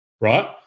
right